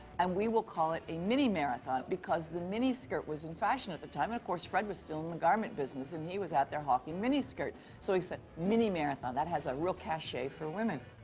and we will call it a mini-marathon, because the miniskirt was in fashion at the time. and of course, fred was still in the garment business, and he was out there hawking miniskirts. so he said, mini-marathon that has a real cachet for women.